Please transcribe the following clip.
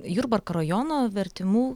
jurbarko rajono vertimų